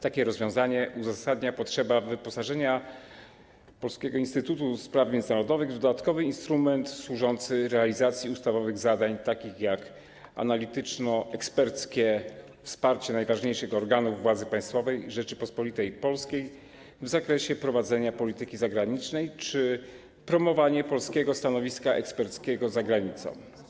Takie rozwiązanie uzasadnia potrzeba wyposażenia Polskiego Instytutu Spraw Międzynarodowych w dodatkowy instrument służący realizacji ustawowych zadań, takich jak analityczno-eksperckie wsparcie najważniejszych organów władzy państwowej Rzeczypospolitej Polskiej w zakresie prowadzenia polityki zagranicznej czy promowanie polskiego stanowiska eksperckiego za granicą.